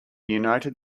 united